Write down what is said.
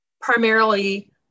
primarily